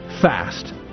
fast